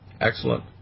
Excellent